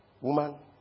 Woman